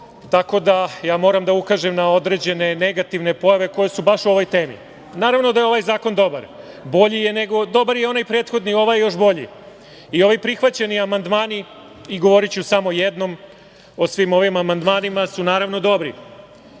tako da ja moram da ukažem na određene negativne pojave koje su baš u ovoj temi. Naravno da je ovaj zakon dobar. Dobar je i onaj prethodni, ali ovaj je još bolji. I ovi prihvaćeni amandmani, govoriću samo jednom o svim ovim amandmanima, su dobri.